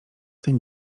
ten